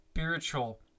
Spiritual